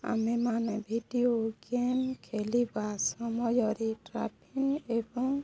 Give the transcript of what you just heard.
ଆମେମାନେ video game ଖେଲିବା ସମୟରେ ଟ୍ରାପିଂ ଏବଂ